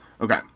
Okay